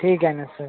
ठीक आहे ना सर